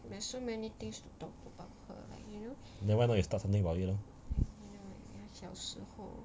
there's so many things to talk about like you know you know 小时候